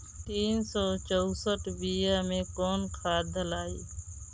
तीन सउ चउसठ बिया मे कौन खाद दलाई?